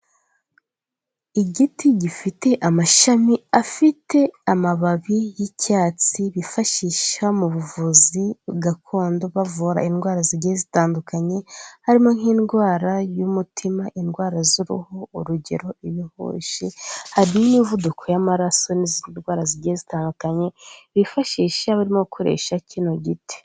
Igiti gifite amashami afite amababi y'icyatsi bifashisha mu buvuzi gakondo bavura indwara zigiye zitandukanye, harimo nk'indwara y'umutima, indwara z'uruhu urugero ibihushi, hari n'imivuduko y'amaraso n'izindi ndwara zigiye zitandukanye bifashisha barimo gukoresha kino giti.